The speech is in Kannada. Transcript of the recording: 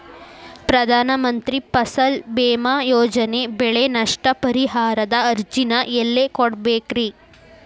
ಪ್ರಧಾನ ಮಂತ್ರಿ ಫಸಲ್ ಭೇಮಾ ಯೋಜನೆ ಬೆಳೆ ನಷ್ಟ ಪರಿಹಾರದ ಅರ್ಜಿನ ಎಲ್ಲೆ ಕೊಡ್ಬೇಕ್ರಿ?